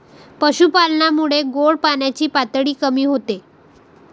पशुपालनामुळे गोड पाण्याची पातळी कमी होते